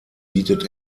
bietet